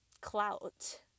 clout